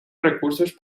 recursos